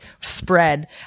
spread